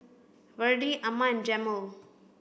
Verdie Amma and Jamel